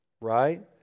right